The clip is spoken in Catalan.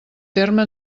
terme